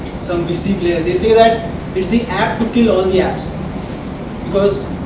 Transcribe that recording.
some vc players. they say that, it's the app to kill all and the apps because,